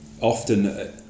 Often